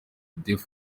deux